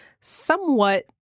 somewhat